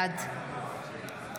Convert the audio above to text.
בעד